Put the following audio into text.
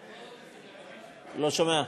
אני לא שומע.